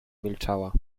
milczała